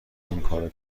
اینکارو